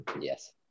Yes